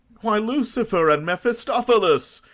why, lucifer and mephistophilis.